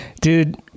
Dude